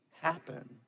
happen